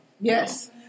Yes